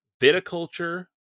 Viticulture